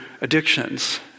addictions